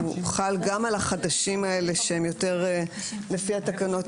הוא חל גם על החדשים האלה שהם לפי התקנות